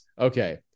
Okay